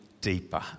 deeper